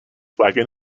wagon